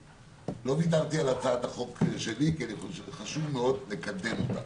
לא ויתרתי על הצעת החוק שלי כי אני חושב שחושב מאוד לקדם אותה.